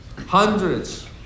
hundreds